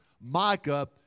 Micah